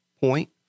point